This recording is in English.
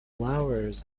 flowers